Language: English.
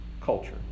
culture